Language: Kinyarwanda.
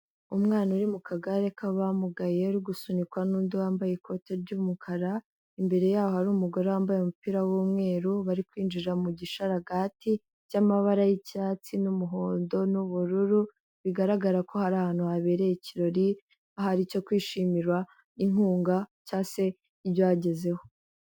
Umwana uri mu kagare k'abamugaye ari gusunikwa n'undi wambaye ikoti ry'umukara, imbere yaho ari umugore wambaye umupira w'umweru, bari kwinjira mu gisharagati cy'amabara y'icyatsi n'umuhondo n'ubururu, bigaragara ko hari ahantu habereye ikirori, aho ari icyo kwishimira inkunga cyangwa se ibyo bagezeho.